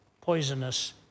poisonous